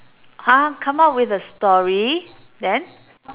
!huh! come up with a story then